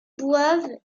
boivent